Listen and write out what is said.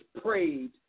prayed